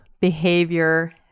behavior